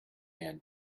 man